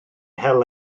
hel